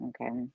okay